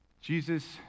Jesus